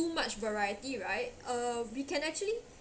too much variety right uh we can actually